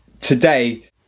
today